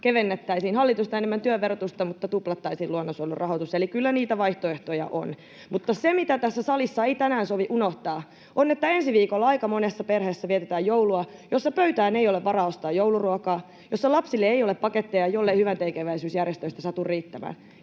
kevennettäisiin hallitusta enemmän työn verotusta, mutta tuplattaisiin luonnonsuojelun rahoitus. Eli kyllä niitä vaihtoehtoja on. Mutta se, mitä tässä salissa ei tänään sovi unohtaa, on se, että ensi viikolla aika monessa perheessä vietetään joulua, jossa pöytään ei ole varaa ostaa jouluruokaa, jossa lapsille ei ole paketteja, jollei hyväntekeväisyysjärjestöistä satu riittämään.